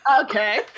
Okay